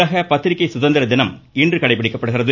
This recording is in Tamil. உலக பத்திரிக்கை சுதந்திர தினம் இன்று கடைபிடிக்கப்படுகிறது